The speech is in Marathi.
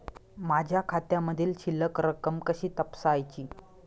माझ्या खात्यामधील शिल्लक रक्कम कशी तपासायची?